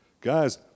Guys